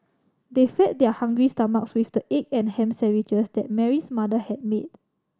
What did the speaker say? they fed their hungry stomachs with the egg and ham sandwiches that Mary's mother had made